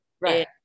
right